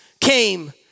came